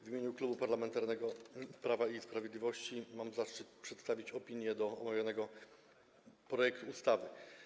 W imieniu Klubu Parlamentarnego Prawo i Sprawiedliwość mam zaszczyt przedstawić opinię w sprawie omawianego projektu ustawy.